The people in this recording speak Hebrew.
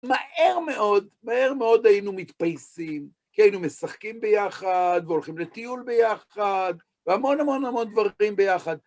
מהר מאוד היינו מתפייסים, כי היינו משחקים ביחד, והולכים לטיול ביחד, והמון המון המון דברים ביחד.